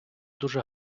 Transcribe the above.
дуже